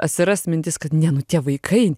atsirast mintis kad ne nu tie vaikai